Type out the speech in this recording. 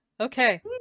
okay